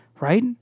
right